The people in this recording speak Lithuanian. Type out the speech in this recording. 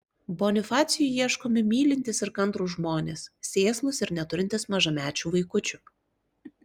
bonifacijui ieškomi mylintys ir kantrūs žmonės sėslūs ir neturintys mažamečių vaikučių